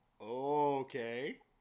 Okay